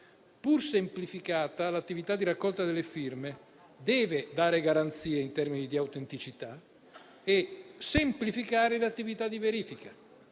Pur semplificata, l'attività di raccolta delle firme deve dare garanzie in termini di autenticità e semplificare l'attività di verifica.